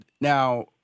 now